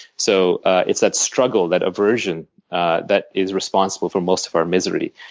so it's that struggle, that aversion that is responsible for most of our misery.